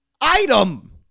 item